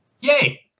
Yay